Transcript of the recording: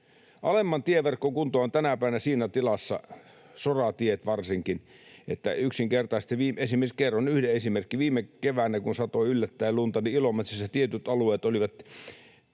Alemman tieverkon kunto on tänä päivänä siinä tilassa, soratiet varsinkin, että yksinkertaisesti… Kerron yhden esimerkin: Viime keväänä, kun satoi yllättäen lunta, Ilomantsissa tietyt alueet olivat